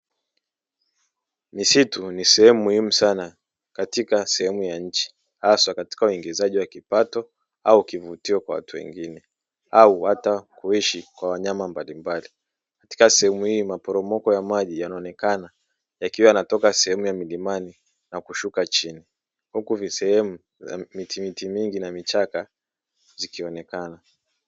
Misitu ni sehemu muhimu sana katika sehemu ya nchi hasa katika uingizaji wa kipato au kivutio kwa watu wengine au hata kuishi kwa wanyama mbalimbali katika sehemu hii maporomoko ya maji yanaonekana yakiwa yanatoka sehemu ya milimani na kushuka chini huku visehemu za mitimiti mingi na vichaka zikionekana.